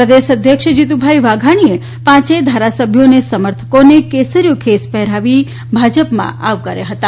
પ્રદેશ અધ્યક્ષ જીતુભાઇ વાઘાણીએ પાંચેય ધારાસભ્યો અને સમર્થકોને કેસરીયો ખેસ પહેરાવી ભાજપમાં આવકાર્યા હતા